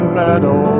meadow